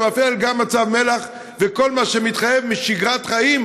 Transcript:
שמפעיל גם מצב מל"ח וכל מה שמתחייב משגרת חיים